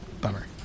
Bummer